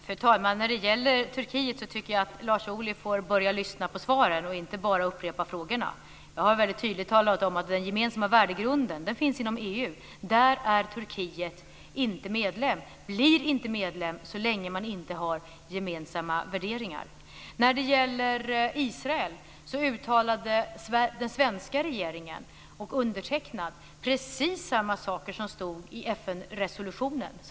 Fru talman! När det gäller Turkiet tycker jag att Lars Ohly får börja lyssna på svaren och inte bara upprepa frågorna. Jag har väldigt tydligt talat om att den gemensamma värdegrunden finns inom EU. Där är Turkiet inte medlem och blir inte medlem så länge man inte har gemensamma värderingar. När det gäller Israel uttalade den svenska regeringen och undertecknad precis samma saker som stod i FN-resolutionen.